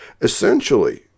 Essentially